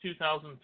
2003